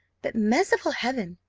but, merciful heaven!